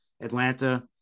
Atlanta